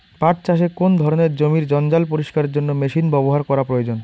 পাট চাষে কোন ধরনের জমির জঞ্জাল পরিষ্কারের জন্য মেশিন ব্যবহার করা প্রয়োজন?